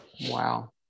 Wow